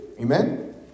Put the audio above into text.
Amen